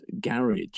garage